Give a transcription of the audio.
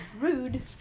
Rude